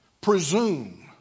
presume